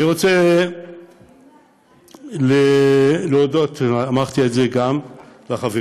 אני רוצה להודות, אמרתי את זה גם לחברים,